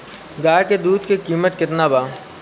गाय के दूध के कीमत केतना बा?